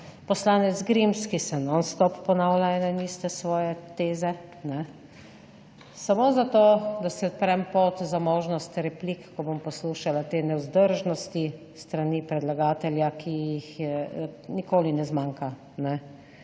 poslanec Grims, ki se non stop ponavlja ene in iste svoje teze samo zato, da se odpre pot za možnost replik, ko bom poslušala te nevzdržnosti s strani predlagatelja, ki jih nikoli ne zmanjkal